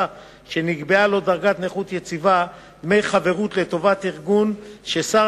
שנקבעה לו דרגת נכות יציבה דמי חברות לטובת ארגון ששר